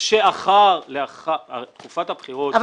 אמרתי שלאחר תקופת הבחירות --- אבל